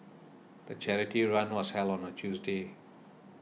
the charity run was held on a Tuesday